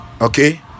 okay